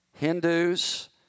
Hindus